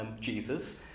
Jesus